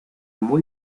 muy